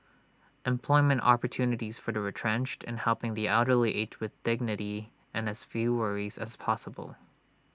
employment opportunities for the retrenched and helping the elderly age with dignity and as few worries as possible